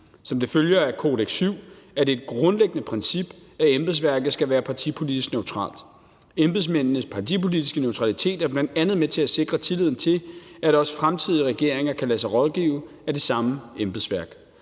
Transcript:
Som det følger af Kodex VII , er det et grundlæggende princip, at embedsværket skal være partipolitisk neutralt. Embedsmændenes partipolitiske neutralitet er bl.a. med til at sikre tilliden til, at også fremtidige regeringer kan lade sig rådgive af det samme embedsværk.